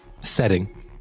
Setting